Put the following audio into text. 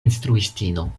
instruistino